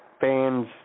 fans